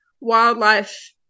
wildlife